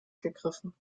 gegriffen